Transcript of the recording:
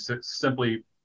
simply